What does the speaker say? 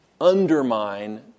undermine